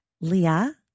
Leah